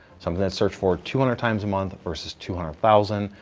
something that's searched for two hundred times a month versus two hundred thousand,